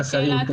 זו שאלת השאלות,